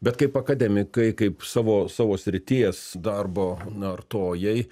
bet kaip akademikai kaip savo savo srities darbo artojai